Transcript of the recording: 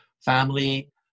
family